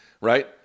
right